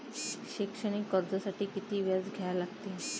शैक्षणिक कर्जासाठी किती व्याज द्या लागते?